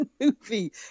movie